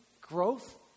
growth